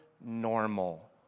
normal